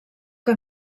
que